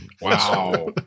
Wow